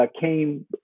came